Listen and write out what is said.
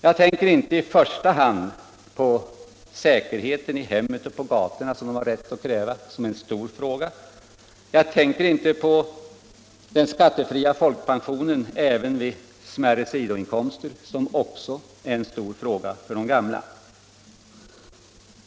Jag tänker inte i första hand på säkerheten i hemmet och på gatorna, som de har rätt att kräva och som är en stor fråga, eller på den skattefria folkpensionen även vid smärre sidoinkomster, som också är en stor fråga för de gamla.